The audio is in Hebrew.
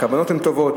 הכוונות הן טובות,